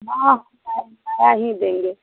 हाँ बता ही देंगे